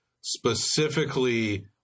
specifically